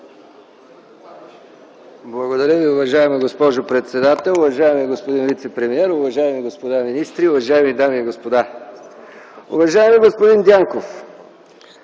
Благодаря, уважаема госпожо председател. Уважаеми господин вицепремиер, уважаеми господа министри, уважаеми дами и господа! Уважаеми господин Дянков,